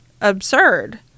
absurd